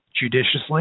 judiciously